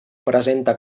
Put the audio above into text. presenta